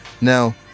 Now